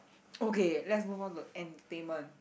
okay let's move on to entertainment